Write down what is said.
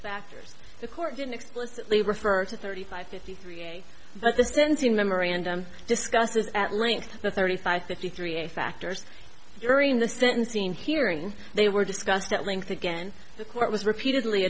factors the court didn't explicitly refer to thirty five fifty three but the stenting memorandum discusses at length thirty five fifty three a factors during the sentencing hearing they were discussed at length again the court was repeatedly